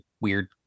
weird